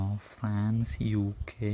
France-UK